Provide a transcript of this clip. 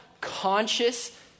conscious